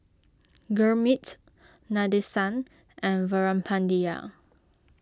Gurmeet Nadesan and Veerapandiya